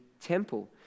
temple